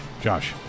Josh